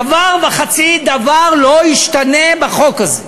דבר וחצי דבר לא ישתנה בחוק הזה.